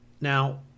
Now